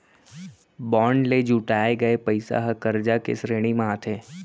bond ले जुटाए गये पइसा ह करजा के श्रेणी म आथे